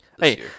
Hey